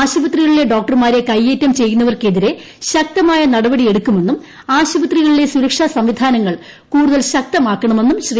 ആശുപത്രികളിലെ ഡോക്ടർമാരെ കയ്യേറ്റം ചെയ്യുന്നവർക്കെതിരെ ശക്തമായ നടപടിയെടുക്കുമെന്നും ആശുപത്രികളിലെ സുരക്ഷാ സംവിധാനങ്ങൾ കൂടുതൽ ശക്തമാക്കണമെന്നും ശ്രീ